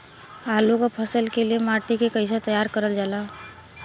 आलू क फसल के लिए माटी के कैसे तैयार करल जाला?